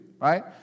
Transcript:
Right